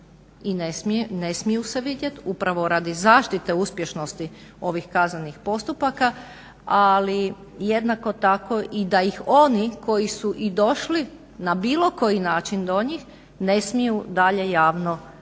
i ne smiju se vidjet upravo radi zaštite uspješnosti ovih kaznenih postupaka. Ali jednako tako i da ih oni koji su i došli na bilo koji način do njih ne smiju dalje javno